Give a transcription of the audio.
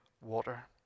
water